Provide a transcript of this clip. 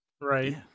Right